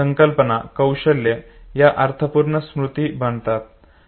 संकल्पना कौशल्ये या अर्थपूर्ण स्मृती बनतात बरोबर